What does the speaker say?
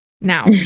now